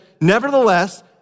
Nevertheless